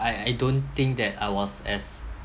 I I don't think that I was as